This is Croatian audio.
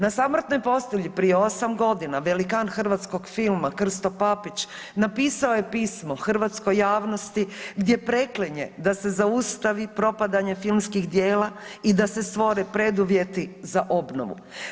Na samrtnoj postelji prije 8 godina velikan hrvatskog filma Krsto Papić napisao je pismo hrvatskoj javnosti gdje preklinje da se zaustavi propadanje filmskih djela i da se stvore preduvjeti za obnovu.